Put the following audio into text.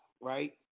right